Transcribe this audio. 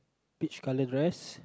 peach coloured dress